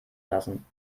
lassen